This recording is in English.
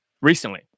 recently